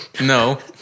no